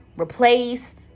replace